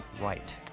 right